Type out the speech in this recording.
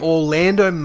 Orlando